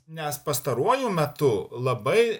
nes pastaruoju metu labai